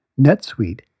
NetSuite